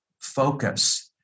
focus